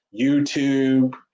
youtube